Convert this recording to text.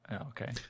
Okay